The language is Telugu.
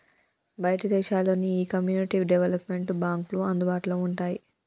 బయటి దేశాల్లో నీ ఈ కమ్యూనిటీ డెవలప్మెంట్ బాంక్లు అందుబాటులో వుంటాయి